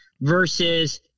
versus